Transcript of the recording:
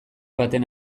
baten